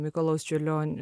mikalojaus čiurlion